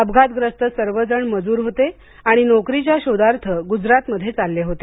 अपघातग्रस्त सर्व जण मजूर होते आणि नोकरीच्या शोधार्थ गुजरातमध्ये चालले होते